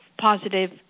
positive